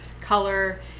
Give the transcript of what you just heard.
color